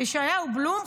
יאשיהו בלום,